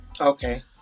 okay